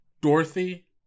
Dorothy